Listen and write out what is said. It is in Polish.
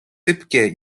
sypkie